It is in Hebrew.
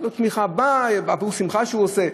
לשמחה שהוא עושה,